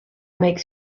makes